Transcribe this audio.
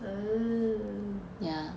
um yeah